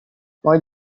more